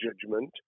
judgment